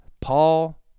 Paul